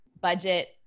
budget